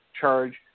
charge